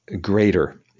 greater